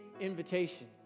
invitation